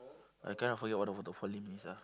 I kind of forget what the is ah